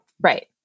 Right